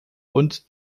und